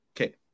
Okay